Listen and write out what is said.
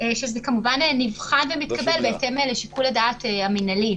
שזה נבחן ומתקבל בהתאם לשיקול הדעת המנהלי,